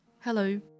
Hello